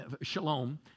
Shalom